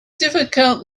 difficult